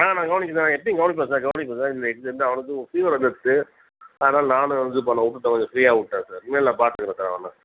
ஆ நான் கவனிக்கிறேன் சார் நான் எப்போயும் கவனிப்பேன் சார் கவனிப்பேன் சார் இந்த எக்ஸாம் அவனுக்கு ஃபீவர் வந்துடுச்சு அதனால் நானும் இது பண்ணலை விட்டுட்டேன் கொஞ்சம் ஃப்ரீயாக விட்டுட்டேன் சார் இனிமேல் நான் பார்த்துக்குறேன் சார் அவனை